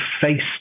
faced